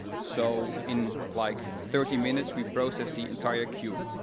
so in like thirty minutes, we process the entire queue.